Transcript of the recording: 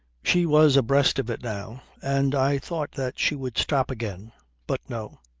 she was abreast of it now and i thought that she would stop again but no!